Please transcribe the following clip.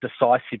decisive